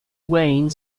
wayne